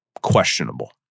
questionable